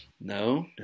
No